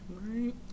right